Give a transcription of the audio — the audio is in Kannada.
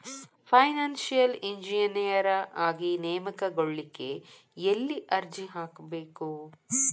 ಫೈನಾನ್ಸಿಯಲ್ ಇಂಜಿನಿಯರ ಆಗಿ ನೇಮಕಗೊಳ್ಳಿಕ್ಕೆ ಯೆಲ್ಲಿ ಅರ್ಜಿಹಾಕ್ಬೇಕು?